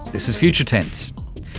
this is future tense.